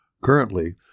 Currently